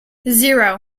zero